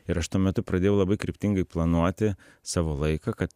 ir aš tuo metu pradėjau labai kryptingai planuoti savo laiką kad